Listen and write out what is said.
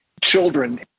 children